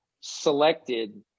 selected